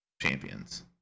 champions